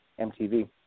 MTV